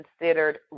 considered